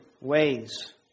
ways